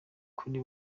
kuri